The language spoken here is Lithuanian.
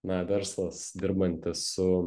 na verslas dirbantis su